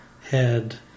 head